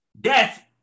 Death